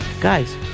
guys